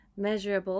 measurable